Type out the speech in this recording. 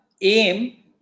aim